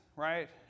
Right